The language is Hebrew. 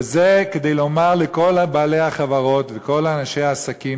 וזה כדי לומר לכל בעלי החברות ולכל אנשי העסקים